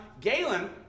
Galen